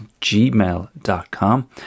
gmail.com